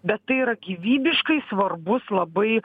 bet tai yra gyvybiškai svarbus labai